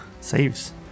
saves